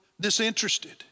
disinterested